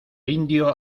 indio